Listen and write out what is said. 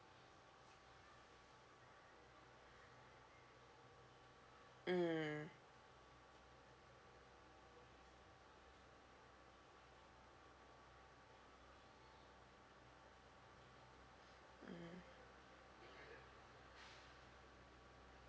mm